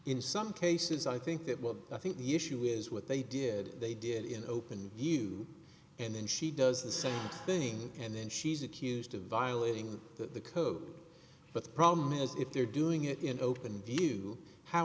in some cases i think that well i think the issue is what they did they did in open view and then she does the same thing and then she's accused of violating the code but the problem is if they're doing it in open view how